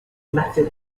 matthew